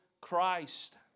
Christ